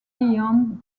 beyond